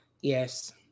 Yes